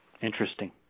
Interesting